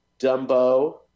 Dumbo